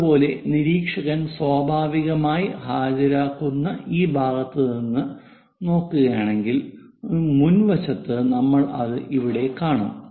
അതുപോലെ നിരീക്ഷകൻ സ്വാഭാവികമായി ഹാജരാകുന്ന ഈ ഭാഗത്ത് നിന്ന് നോക്കുകയാണെങ്കിൽ മുൻവശത്ത് നമ്മൾ അത് ഇവിടെ കാണും